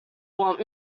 want